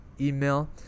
email